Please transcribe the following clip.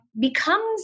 becomes